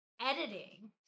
editing